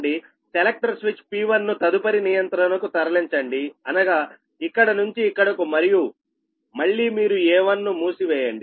selector switch P1 ను తదుపరి నియంత్రణకు తరలించండి అనగా ఇక్కడ నుంచి ఇక్కడకు మరియు మళ్లీ మీరు A1 ను మూసివేయండి